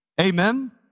Amen